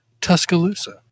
Tuscaloosa